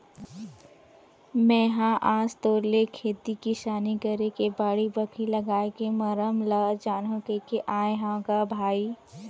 मेहा आज तोर ले खेती किसानी करे के बाड़ी, बखरी लागए के मरम ल जानहूँ कहिके आय हँव ग भाई